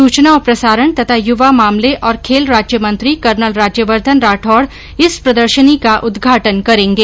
सूचना और प्रसारण तथा युवा मामले और खेल राज्य मंत्री कर्नल राज्यवर्धन राठौड़ इस प्रदर्शनी का उद्घाटन करेंगे